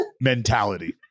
mentality